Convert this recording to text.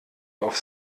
auf